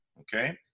Okay